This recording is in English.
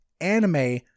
anime